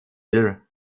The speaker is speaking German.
bill